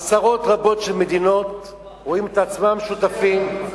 עשרות רבות של מדינות רואות את עצמן שותפות,